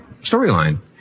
storyline